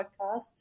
podcast